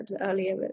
earlier